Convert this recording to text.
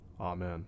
Amen